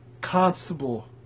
Constable